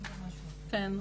כן.